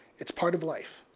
it's part of life.